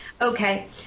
Okay